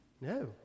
No